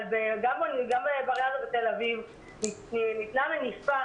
אבל בבר-אילן ובתל אביב ניתנה מניפה